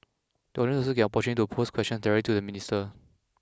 the audience will also get an opportunity to pose questions directly to the minister